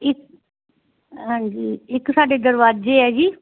ਇੱਕ ਹਾਂਜੀ ਇੱਕ ਸਾਡੇ ਦਰਵਾਜ਼ੇ ਹੈ ਜੀ